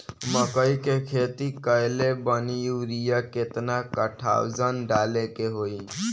मकई के खेती कैले बनी यूरिया केतना कट्ठावजन डाले के होई?